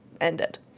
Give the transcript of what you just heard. ended